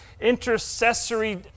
intercessory